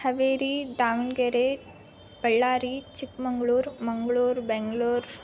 Haveri Davanagere Ballari Chikkamagaluru Mangaluru Bengaluru